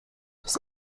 das